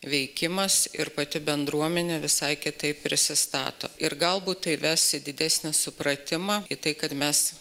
veikimas ir pati bendruomenė visai kitaip prisistato ir galbūt tai ves į didesnį supratimą į tai kad mes